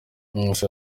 nkusi